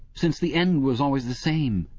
since the end was always the same?